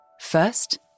First